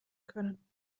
können